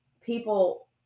people